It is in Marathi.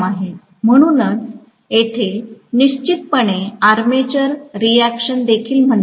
म्हणूनच येथे निश्चितपणे आर्मेचर रिएक्शन देखील म्हणतात